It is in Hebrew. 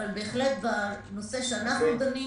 אבל בהחלט בנושא שאנחנו דנים